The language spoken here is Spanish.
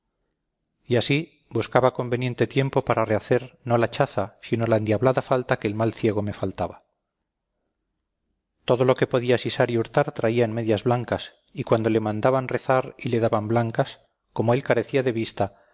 y ansí buscaba conveniente tiempo para rehacer no la chaza sino la endiablada falta que el mal ciego me faltaba todo lo que podía sisar y hurtar traía en medias blancas y cuando le mandaban rezar y le daban blancas como él carecía de vista